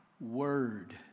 word